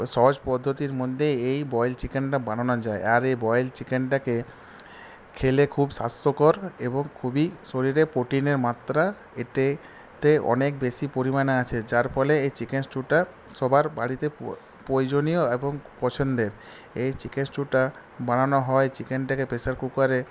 সহজ পদ্ধতির মধ্যেই এই বয়েলড চিকেনটা বানানো যায় আর এই বয়েলড চিকেনটাকে খেলে খুব স্বাস্থ্যকর এবং খুবই শরীরে প্রোটিনের মাত্রা এটাতে অনেক বেশি পরিমাণে আছে যার ফলে এই চিকেন স্ট্যুটা সবার বাড়িতে প্রয়োজনীয় এবং খুব পছন্দের এই চিকেন স্ট্যুটা বানানো হয় চিকেনটাকে প্রেশার কুকারে